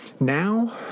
now